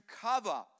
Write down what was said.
cover